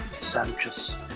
Sanchez